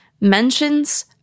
mentions